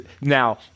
now